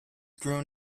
grown